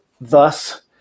thus